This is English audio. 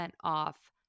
off